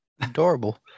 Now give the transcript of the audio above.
Adorable